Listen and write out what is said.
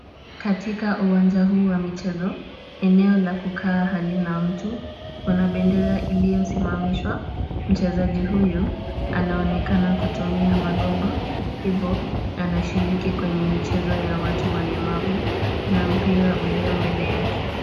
Katika uwanja huu wa michezo, eneo la kukaa halina mtu. Kuna bendera iliyosimamishwa. Mchezaji huyu anaonekana kutumia magongo hivyo anashiriki kwenye michezo ya watu walemavu. Kuna mpira ulio mbele yake.